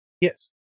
yes